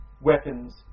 weapons